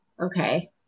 Okay